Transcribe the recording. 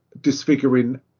disfiguring